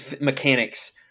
mechanics